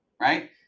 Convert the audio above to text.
right